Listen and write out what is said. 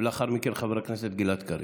ולאחר מכן, חבר הכנסת גלעד קריב.